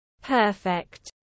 perfect